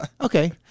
Okay